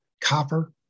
copper